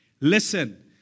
Listen